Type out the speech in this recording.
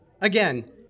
again